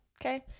Okay